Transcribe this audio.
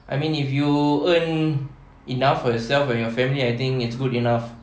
I mean if you earn enough for yourself and family I think it's good enough